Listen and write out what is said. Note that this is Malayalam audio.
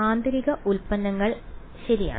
ആന്തരിക ഉൽപ്പന്നങ്ങൾ ശരിയാണ്